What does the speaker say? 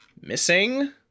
Missing